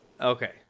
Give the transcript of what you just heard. Okay